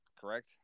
correct